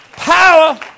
Power